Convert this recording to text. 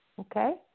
okay